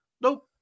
Nope